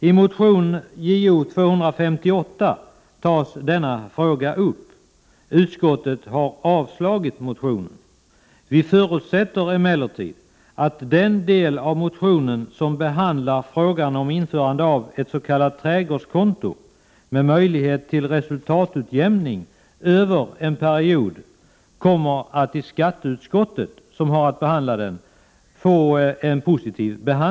I motion Jo258 tas denna fråga upp. Utskottet har avstyrkt motionen. Vi moderater förutsätter emellertid att den del av motionen där man behandlar frågan om införande av ett s.k. trädgårdskonto med möjlighet till resultatutjämning över en period kommer att få en positiv behandling i skatteutskottet, som skall behandla denna fråga.